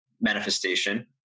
manifestation